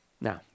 Now